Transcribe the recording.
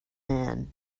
man